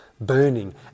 burning